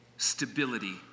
Stability